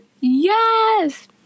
Yes